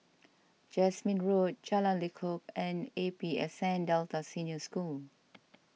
Jasmine Road Jalan Lekub and A P S N Delta Senior School